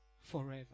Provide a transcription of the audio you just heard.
forever